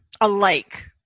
alike